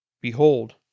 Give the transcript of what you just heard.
Behold